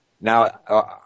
Now